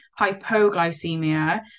Hypoglycemia